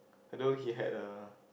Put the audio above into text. although he had a